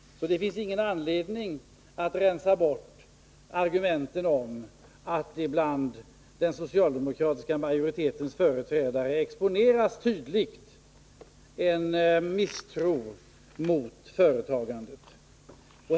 Det finns därför ingen anledning att rensa bort argumentet att den socialdemokratiska majoritetens företrädare tydligt exponerar en misstro mot företagandet.